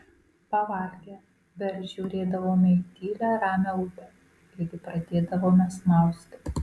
pavalgę vėl žiūrėdavome į tylią ramią upę iki pradėdavome snausti